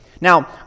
Now